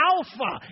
Alpha